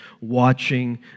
watching